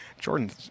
Jordan